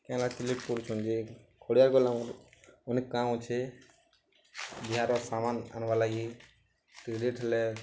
କାଁ ହେଲା ହେତ୍କି ଲେଟ୍ କରୁଚନ୍ ଯେ ଖଡ଼ିଆଲ୍ ଗଲେ ମର୍ ଅନେକ କାମ୍ ଅଛେ ବିହାର ସାମାନ୍ ଆନ୍ବାର୍ଲାଗି ଟିକେ ଲେଟ୍ ହେଲେ